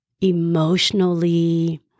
emotionally